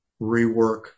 rework